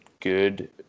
good